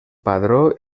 padró